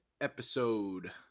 episode